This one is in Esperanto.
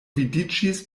vidiĝis